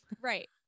Right